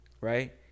right